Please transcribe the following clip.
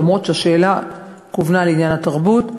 למרות שהשאלה כוונה לעניין התרבות,